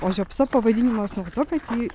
o žiopsa pavadinamas nuo to kad ji